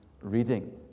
reading